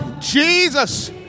Jesus